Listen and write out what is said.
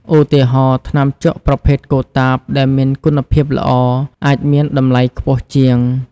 ឧទាហរណ៍ ថ្នាំជក់ប្រភេទកូតាបដែលមានគុណភាពល្អអាចមានតម្លៃខ្ពស់ជាង។